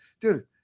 dude